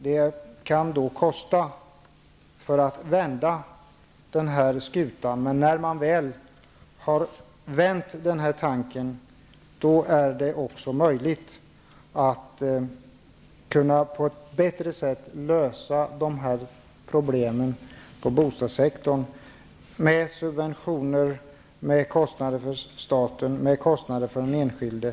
Det kan kosta att vända skutan. Men när man väl vänt den är det också möjligt att på ett bättre sätt lösa de problem som finns inom bostadssektorn och som gäller subventionerna och kostnaderna såväl för staten som för den enskilde.